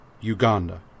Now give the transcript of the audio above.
Uganda